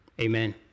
Amen